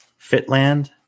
Fitland